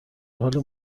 حال